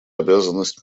обязанность